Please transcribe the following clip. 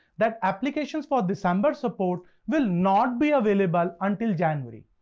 that applications for december support will not be available until january.